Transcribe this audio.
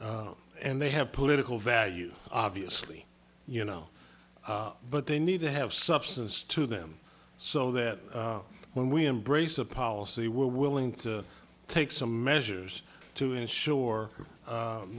and they have political value obviously you know but they need to have substance to them so that when we embrace a policy we're willing to take some measures to ensure